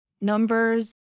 numbers